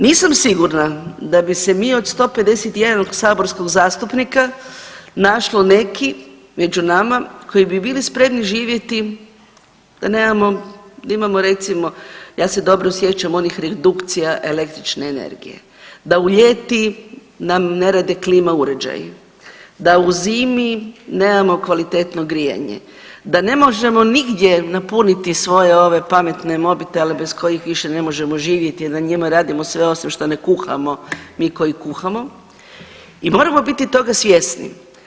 Nisam sigurna da bi se mi od 151 saborskog zastupnika našlo neki među nama koji bi bili spremni živjeti da nemamo, da imamo recimo, ja se dobro sjećam onih redukcija električne energije, da u ljeti nam ne rade klima uređaji, da u zimi nemamo kvalitetno grijanje, da ne možemo nigdje napuniti svoje ove pametne mobitele bez kojih više ne možemo živjeti, jer na njima radimo sve osim što ne kuhamo, mi koji kuhamo i moramo biti toga svjesni.